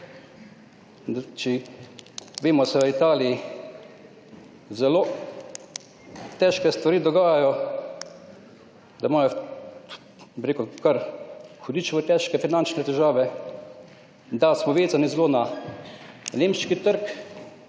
/ nerazumljivo/ Italiji zelo težke stvari dogajajo, da imajo, bi rekel, kar hudičevo težke finančne težave, in da smo vezani zelo na nemški trg.